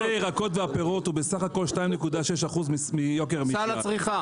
כל נושא הפירות והירקות הוא בסך הכול 2.6% מיוקר המחיה,